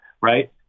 right